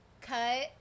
cut